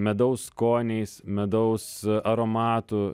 medaus skoniais medaus aromatu